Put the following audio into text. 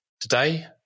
Today